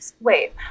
Wait